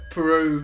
Peru